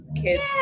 kids